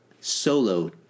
solo